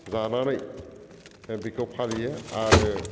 जानानै बेखौ फालियो आरो